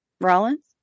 Rollins